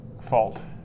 fault